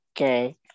okay